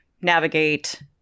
navigate